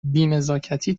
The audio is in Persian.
بینزاکتی